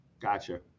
Gotcha